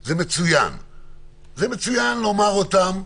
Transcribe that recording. זה מצוין לומר את הדברים,